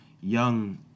young